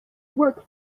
work